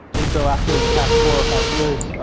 and so after the past four or five years,